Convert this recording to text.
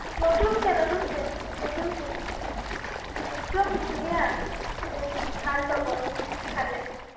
নতুনকৈ নতুনকৈ নতুনকৈ একদম ধুনীয়া ফ্ৰেছ ভাল পাব নি খালে